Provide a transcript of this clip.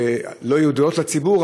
שלא ידועות לציבור,